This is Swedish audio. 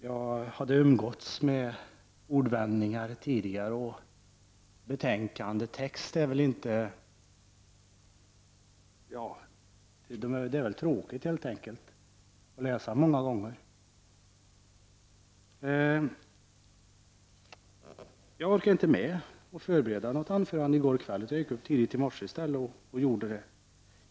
Jag hade umgåtts med dessa ordvändningar tidigare, och att läsa betänkandetext är väl helt enkelt tråkigt många gånger. Jag orkade inte förbereda något anförande i går kväll. I stället gick jag upp tidigt i morse och gjorde det.